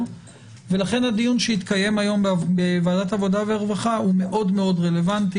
ולכן הדיון שיתקיים היום בוועדת עבודה ורווחה הוא מאוד רלבנטי,